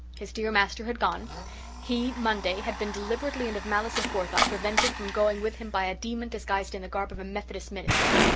his dear master had gone he, monday, had been deliberately and of malice aforethought prevented from going with him by a demon disguised in the garb of a methodist minister.